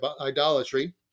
idolatry